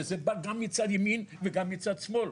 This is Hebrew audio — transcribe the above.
וזה בא גם מצד ימין וגם מצד שמאל,